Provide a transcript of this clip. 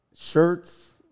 shirts